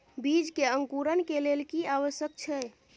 बीज के अंकुरण के लेल की आवश्यक छै?